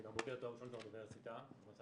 אני בוגר תואר ראשון באוניברסיטה הפתוחה